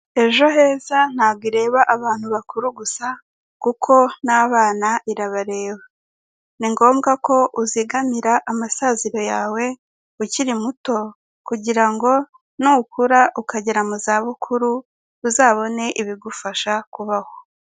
Ejo heza ntabwo ireba abantu bakuru gusa kuko n'abana irabareba. Ni ngombwa ko uzigamira amasaziro yawe ukiri muto, kugira ngo nukura ukagera mu za bukuru uzabone ibigufasha kubaho.